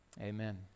amen